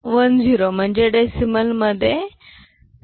10 म्हणजे डिसीमल मधे 39